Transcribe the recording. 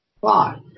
Five